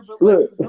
Look